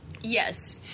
Yes